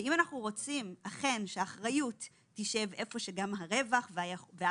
אם אנחנו רוצים שהאחריות תשב היכן שגם הרווח והכוח,